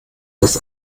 das